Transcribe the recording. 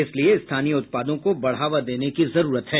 इसलिए स्थानीय उत्पादों को बढ़ावा देने की जरूरत है